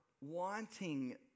wanting